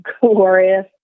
glorious